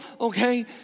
okay